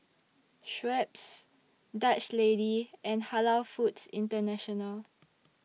Schweppes Dutch Lady and Halal Foods International